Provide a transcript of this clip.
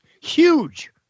huge